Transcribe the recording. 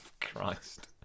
Christ